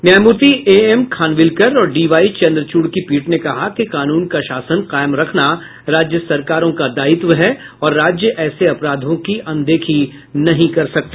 न्यायमूर्ति A M Khanwilkar और D Y Chandrachud की पीठ ने कहा कि कानून का शासन कायम रखना राज्य सरकारों का दायित्व है और राज्य ऐसे अपराधों की अनदेखी नहीं कर सकते